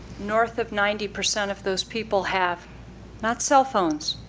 north of ninety percent of those people have not cell phones,